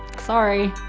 sorry.